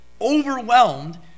overwhelmed